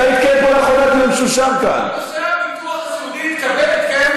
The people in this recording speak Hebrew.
מתי התקיים פה לאחרונה דיון שאושר כאן?